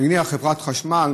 נניח חברת החשמל,